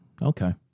Okay